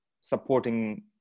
supporting